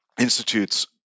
Institute's